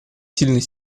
сильный